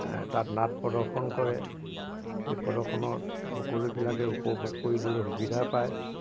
তাত নাট প্ৰদৰ্শন কৰে সেই প্ৰদৰ্শনত সকলোবিলাকে উপভোগ কৰিবলৈ সুবিধা পায়